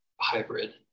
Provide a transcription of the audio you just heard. hybrid